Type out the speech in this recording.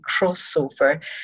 crossover